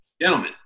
gentlemen